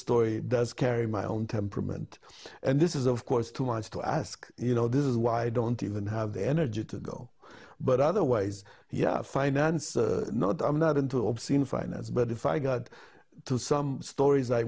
story does carry my own temperament and this is of course too much to ask you know this is why i don't even have the energy to go but otherwise yeah finance not i'm not into obscene finance but if i got some stories i